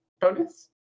bonus